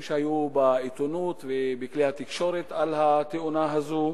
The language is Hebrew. שהיו בעיתונות ובכלי התקשורת על התאונה הזאת.